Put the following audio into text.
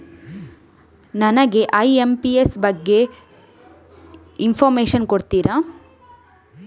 ನನಗೆ ಐ.ಎಂ.ಪಿ.ಎಸ್ ಬಗ್ಗೆ ಇನ್ಫೋರ್ಮೇಷನ್ ಕೊಡುತ್ತೀರಾ?